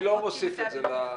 אני לא מוסיף את זה לסיכום.